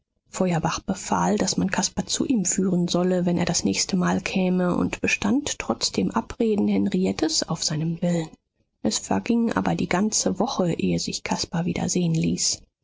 feuerbach befahl daß man caspar zu ihm führen solle wenn er das nächste mal käme und bestand trotz dem abreden henriettes auf seinem willen es verging aber die ganze woche ehe sich caspar wieder sehen ließ